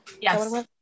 Yes